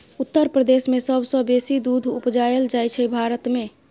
उत्तर प्रदेश मे सबसँ बेसी दुध उपजाएल जाइ छै भारत मे